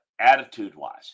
attitude-wise